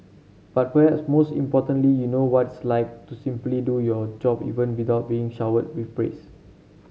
but perhaps most importantly you know what it's like to simply do your job even without being showered with praise